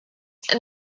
and